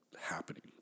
Happening